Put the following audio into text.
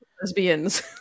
lesbians